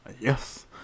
Yes